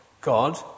God